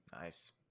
nice